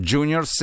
Junior